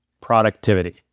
productivity